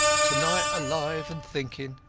to-night alive and thinking.